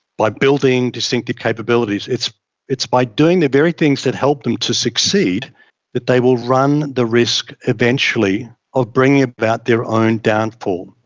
by building distinctive capabilities, it's it's by doing the very things that help them to succeed that they will run the risk eventually of bringing about their own downfall,